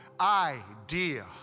idea